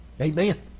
Amen